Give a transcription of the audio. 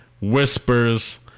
Whispers